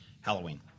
Halloween